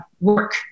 work